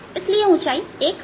इसलिए ऊंचाई 1 mm होगी